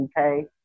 okay